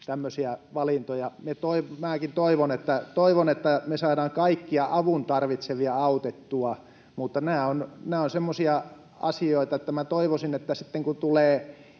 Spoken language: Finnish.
tämmöisiä valintoja. Minäkin toivon, että me saadaan kaikkia apua tarvitsevia autettua, mutta nämä ovat semmoisia asioita, että toivoisin, että sitten kun tulee